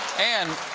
and